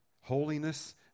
holiness